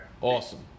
Awesome